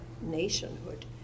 nationhood